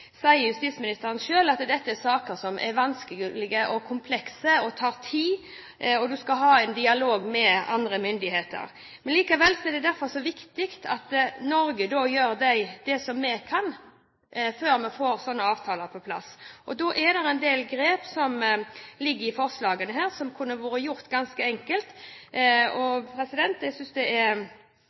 Justisministeren sier selv at dette er saker som er vanskelige og komplekse og tar tid når man skal ha en dialog med andre myndigheter. Derfor er det så viktig at vi i Norge gjør det vi kan, før vi får slike avtaler på plass. Det ligger en del grep i forslagene som kunne ha vært gjort ganske enkelt. Jeg synes det er